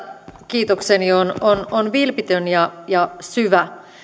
kiitokseni on on vilpitön ja syvä